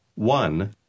one